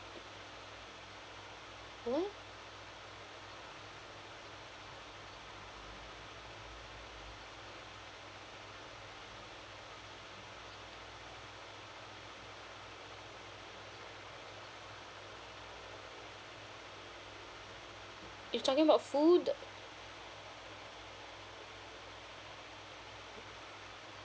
mm you talking about food